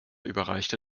überreichte